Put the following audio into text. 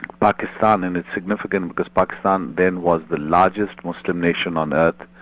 pakistan. and it's significant, because pakistan then was the largest muslim nation on earth.